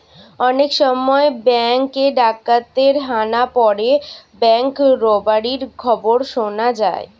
অনেক সময় বেঙ্ক এ ডাকাতের হানা পড়ে ব্যাঙ্ক রোবারির খবর শুনা যায়